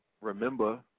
remember